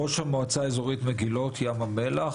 ראש המועצה האזורית מגילות ים המלח,